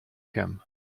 him